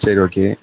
சரி ஓகே